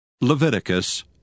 Leviticus